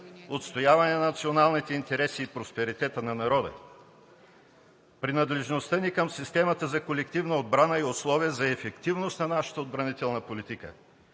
отстояване на националните интереси и просперитета на народа. Принадлежността ни към системата за колективна отбрана е условие за ефективност на нашата отбранителна политика,